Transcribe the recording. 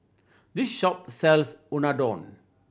this shop sells Unadon